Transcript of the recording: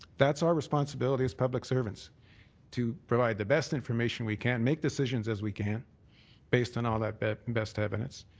that's our responsibility as public servants to provide the best information we can, make decisions as we can based on all that best and best evidence.